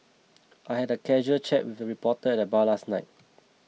I had a casual chat with a reporter at the bar last night